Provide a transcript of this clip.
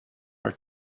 are